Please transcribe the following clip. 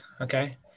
Okay